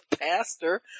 pastor